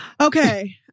Okay